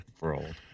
world